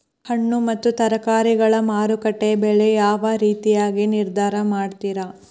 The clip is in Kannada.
ಹಣ್ಣು ಮತ್ತು ತರಕಾರಿಗಳ ಮಾರುಕಟ್ಟೆಯ ಬೆಲೆ ಯಾವ ರೇತಿಯಾಗಿ ನಿರ್ಧಾರ ಮಾಡ್ತಿರಾ?